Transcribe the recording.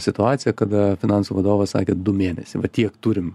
situacija kada finansų vadovas sakė du mėnesiai va tiek turim